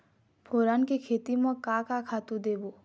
फोरन के खेती म का का खातू देबो?